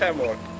and world's